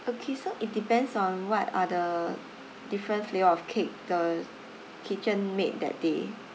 okay so it depends on what are the different flavours of cake the kitchen made that day